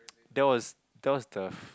that was that was the